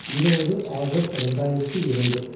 இருபது ஆகஸ்ட் ரெண்டாயிரத்தி இரண்டு